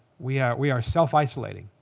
we yeah we are self-isolating,